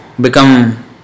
become